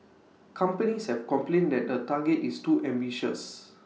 companies have complained that the target is too ambitious